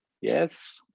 Yes